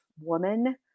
woman